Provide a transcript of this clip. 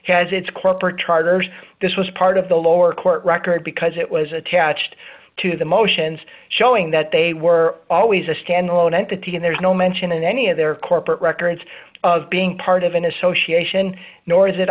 has its corporate charters this was part of the lower court record because it was attached to the motions showing that they were always a standalone entity and there's no mention in any of their corporate records of being part of an association nor is it